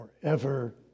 forever